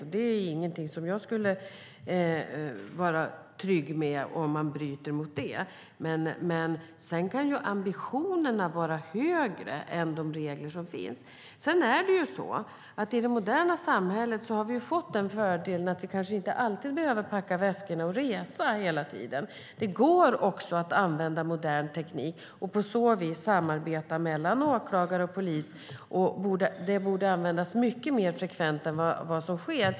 Om man bryter mot dem är det ingenting jag är trygg med. Sedan kan ambitionerna vara högre än de som anges i reglerna. I det moderna samhället har vi den fördelen att vi kanske inte alltid behöver packa väskorna och resa. Det går att använda modern teknik. På så vis kan åklagare och polis samarbeta. Det borde användas mycket mer frekvent än vad som sker.